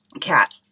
cat